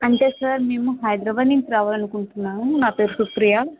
అంటే సార్ మేము హైదరాబాద్ నుంచి రావాలనుకుంటున్నాము నా పేరు సుప్రియ